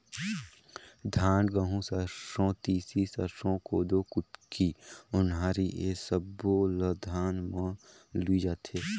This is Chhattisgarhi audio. धान, गहूँ, सरसो, तिसी, सरसो, कोदो, कुटकी, ओन्हारी ए सब्बो ल धान म लूए जाथे